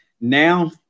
Now